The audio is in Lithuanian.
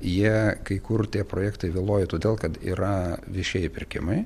jie kai kur tie projektai vėluoja todėl kad yra viešieji pirkimai